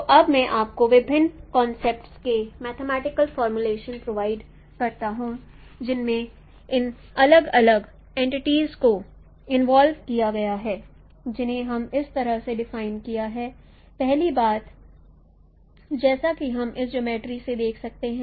तो अब मैं आपको विभिन्न कॉन्सेप्ट्स के मैथेमैटिकल फॉमुलेशन प्रोवाइड करता हूं जिसमें इन अलग अलग एंटिटीज को इन्वॉल्व किया गया है जिन्हें हमने इस तरह से डिफाइन किया है पहली बात जैसा कि हम इस जियोमर्ट्री से देख सकते हैं